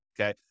okay